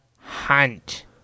Hunt